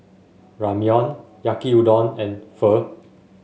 Ramyeon Yaki Udon and Pho